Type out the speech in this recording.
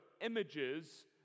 images